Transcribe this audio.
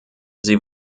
sie